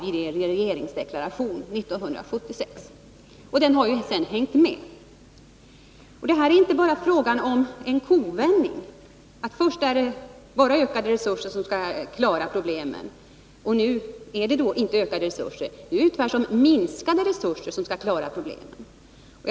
Ni sade det i er regeringsdeklaration 1976, och det har hängt med sedan dess. Här är det fråga om en kovändning. Först är det ökade resurser som skall klara problemet, och nu är det tvärtom minskade resurser som skall klara problemet.